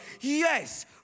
yes